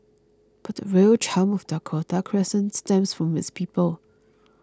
but the real charm of Dakota Crescent stems from its people